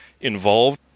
involved